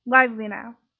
lively, now!